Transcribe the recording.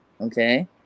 okay